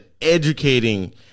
educating